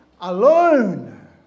alone